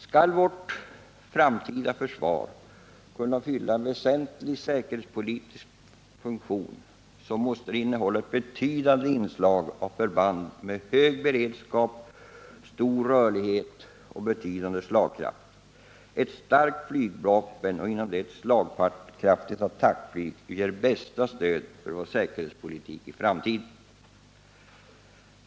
Skall vårt framtida försvar kunna fylla en väsentlig säkerhetspolitisk funktion, så måste det innehålla ett betydande inslag av förband med hög beredskap, stor rörlighet och betydande slagkraft. Ett starkt flygvapen, och inom det ett slagkraftigt attackflyg, ger bästa stöd åt vår säkerhetspolitik i framtiden.